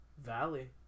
valley